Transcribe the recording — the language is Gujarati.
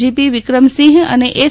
જી પી વિક્રમસિંફ અને એસ